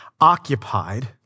occupied